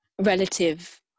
relative